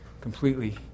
completely